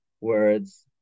words